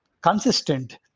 consistent